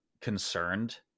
concerned